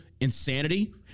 insanity